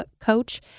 coach